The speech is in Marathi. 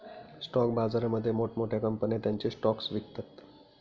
स्टॉक बाजारामध्ये मोठ्या मोठ्या कंपन्या त्यांचे स्टॉक्स विकतात